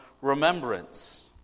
remembrance